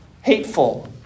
hateful